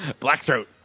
Blackthroat